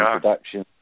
production